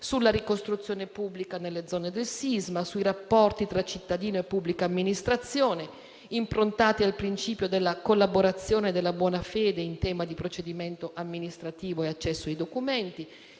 sulla ricostruzione pubblica nelle zone del sisma; sui rapporti tra cittadino e pubblica amministrazione, improntati al principio della collaborazione e della buona fede in tema di procedimento amministrativo e accesso ai documenti;